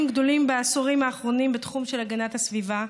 גדולים בעשורים האחרונים בתחום של הגנת הסביבה.